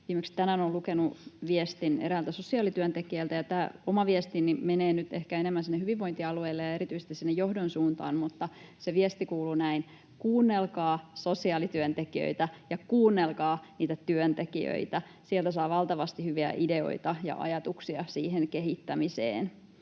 Viimeksi tänään olen lukenut viestin eräältä sosiaalityöntekijältä, ja tämä oma viestini menee nyt ehkä enemmän sinne hyvinvointialueille ja erityisesti sinne johdon suuntaan, mutta se viesti kuuluu näin: Kuunnelkaa sosiaalityöntekijöitä ja kuunnelkaa niitä työntekijöitä. Sieltä saa valtavasti hyviä ideoita ja ajatuksia siihen kehittämiseen.